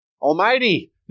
Almighty